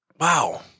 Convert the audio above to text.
wow